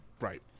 Right